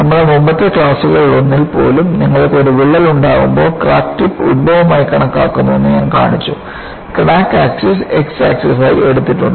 നമ്മുടെ മുമ്പത്തെ ക്ലാസുകളിലൊന്നിൽ പോലും നിങ്ങൾക്ക് ഒരു വിള്ളൽ ഉണ്ടാകുമ്പോൾ ക്രാക്ക് ടിപ്പ് ഉത്ഭവമായി കണക്കാക്കുന്നുവെന്ന് ഞാൻ കാണിച്ചു ക്രാക്ക് ആക്സിസ് x ആക്സിസായി എടുത്തിട്ടുണ്ട്